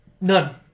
none